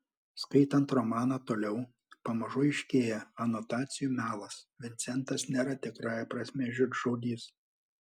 skaitant romaną toliau pamažu aiškėja anotacijų melas vincentas nėra tikrąja prasme žydšaudys